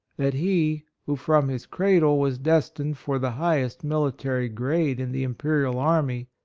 that he, who from his cradle was destined for the highest military grade in the imperial army,